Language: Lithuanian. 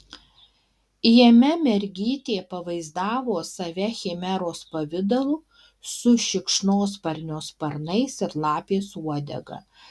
jame mergytė pavaizdavo save chimeros pavidalu su šikšnosparnio sparnais ir lapės uodega